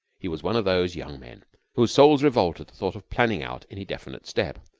he was one of those young men whose souls revolt at the thought of planning out any definite step.